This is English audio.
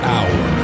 Hour